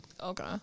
okay